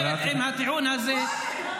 חברת הכנסת גוטליב, מספיק.